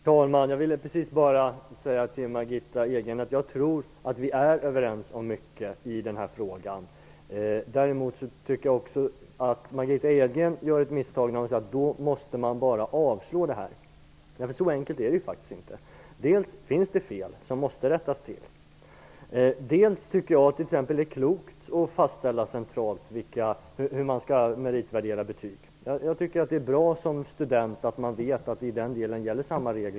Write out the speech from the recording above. Herr talman! Jag vill bara säga till Margitta Edgren att jag tror att vi är överens om mycket i den här frågan. Däremot tycker jag också att Margitta Edgren gör ett misstag när hon säger att då måste man bara avslå detta. Så enkelt är det faktiskt inte. Det finns fel som måste rättas till. Men jag tycker att det är klokt att centralt fastställa hur man skall meritvärdera betyg. Jag tycker att det är bra att man som student vet att samma regler i den delen gäller över hela landet.